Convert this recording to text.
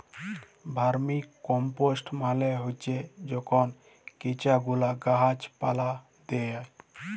vermicompost মালে হছে যখল কেঁচা গুলা গাহাচ পালায় দিয়া